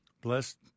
bless